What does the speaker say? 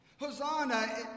Hosanna